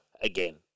Again